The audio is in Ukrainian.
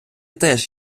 теж